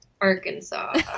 Arkansas